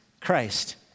Christ